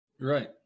Right